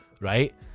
right